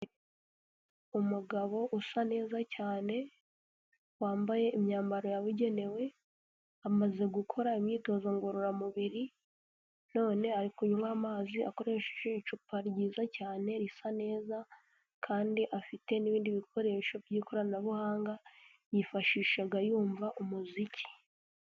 Umugabo usa neza cyane, wambaye imyambaro yabugenewe, amaze gukora imyitozo ngororamubiri, none ari kunywa amazi, akoresheje icupa ryiza cyane risa neza, kandi afite n'ibindi bikoresho by'ikoranabuhanga, yifashishaga yumva umuziki.